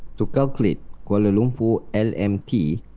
to calculate kuala lumpur lmt,